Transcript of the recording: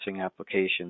applications